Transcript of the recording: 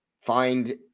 find